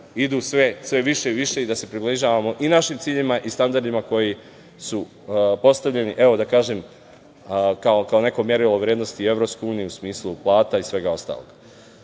idu sve više i više i da se približavamo i našim ciljevima i standardima koji su postavljeni. Evo, da kažem, kao neko merilo vrednosti, i u EU u smislu plata i svega ostalog. Mislim